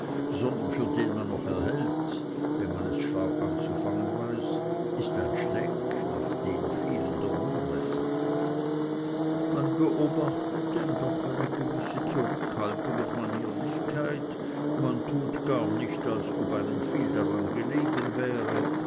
sondern für den man noch erhält wenn man es schlau anzufangen weiß ist ein schleck nach dem vielen der mund wässert man beobachtet denn doch eine gewisse zurückhaltung und manierlichkeit man tut gar nicht als ob einem viel daran gelegen wäre